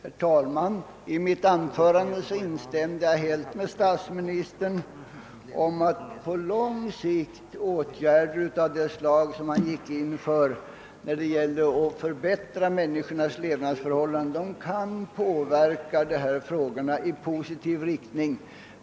Herr talman! I mitt anförande instämde jag helt med statsministern i att åtgärder av det slag som han gick in på när det gäller att förbättra människornas levnadsförhållanden på lång sikt kan påverka brottsligheten i positiv riktning.